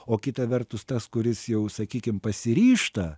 o kita vertus tas kuris jau sakykim pasiryžta